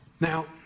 Now